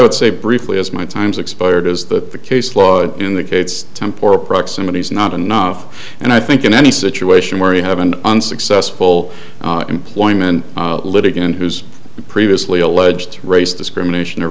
would say briefly is my time's expired is that the case law in the kates temp or proximity is not enough and i think in any situation where you have an unsuccessful employment litigant who's previously alleged race discrimination o